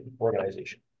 organization